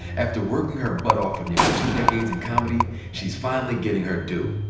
after working her butt off for nearly two decades in comedy, she's finally getting her due.